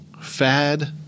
fad